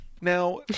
Now